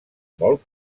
molt